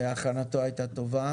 הכנתו היתה טובה